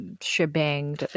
shebang